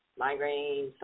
Migraines